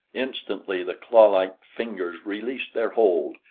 instantly the clawlike fingers released their hold,